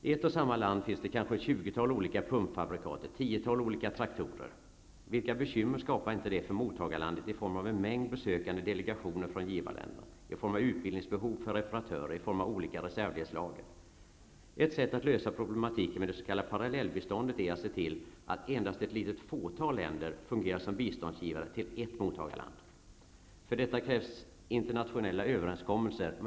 I ett och samma land finns det kanske ett 20-tal olika pumpfabrikat och ett 10-tal olika slags traktorer. Vilka bekymmer skapar inte detta för mottagarlandet i form av en mängd besökande delegationer från givarländerna, i form av utbildningsbehov hos reparatörer och i form av olika reservdelslager. Ett sätt att lösa problematiken med det s.k. parallellbiståndet är att se till att endast ett fåtal länder fungerar som biståndsgivare till ett mottagarland. För detta krävs internationella övrenskommelser.